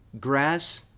grass